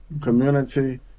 community